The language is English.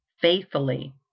faithfully